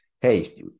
Hey